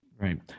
Right